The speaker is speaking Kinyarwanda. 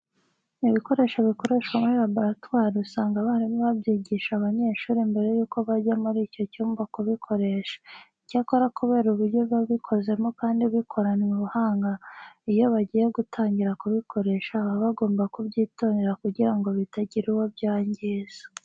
Ibikoresho bikoreshwa muri laboratwari usanga abarimu babyigisha abanyeshuri mbere yuko bajya muri icyo cyumba kubikoresha. Icyakora kubera uburyo biba bikozemo kandi bikoranwe ubuhanga, iyo bagiye gutangira kubikoresha baba bagomba kubyitondera kugira ngo bitagira uwo byangiza.